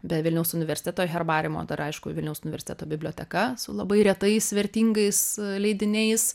be vilniaus universiteto herbariumo dar aišku vilniaus universiteto biblioteka su labai retais vertingais leidiniais